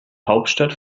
hauptstadt